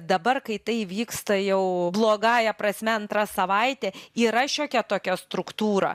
dabar kai tai vyksta jau blogąja prasme antra savaitė yra šiokia tokia struktūra